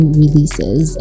releases